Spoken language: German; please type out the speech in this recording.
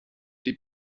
die